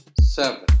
seven